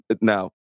now